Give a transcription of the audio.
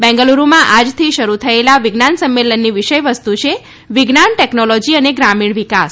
બેંગલુરૂમાં આજથી શરૂ થયેલા વિજ્ઞાન સંમેલનની વિષયવસ્તુ છે વિજ્ઞાન ટેકનોલોજી અને ગ્રમીણ વિકાસ